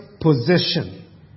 possession